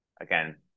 again